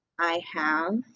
i have